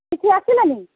କିଛି ଆସିଲାନି